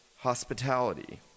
hospitality